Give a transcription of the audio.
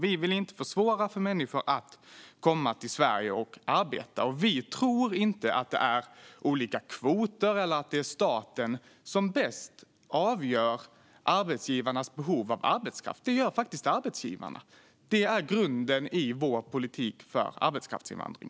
Vi vill inte försvåra för människor att komma till Sverige och arbeta. Och vi tror inte på olika kvoter eller på att det är staten som bäst avgör arbetsgivarnas behov av arbetskraft. Det gör arbetsgivarna. Det är grunden i vår politik för arbetskraftsinvandring.